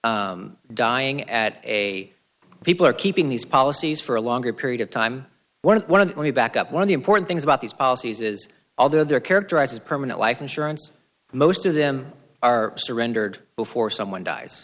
are dying at a people are keeping these policies for a longer period of time one of one of the many back up one of the important things about these policies is although they're characterized as permanent life insurance most of them are surrendered before someone dies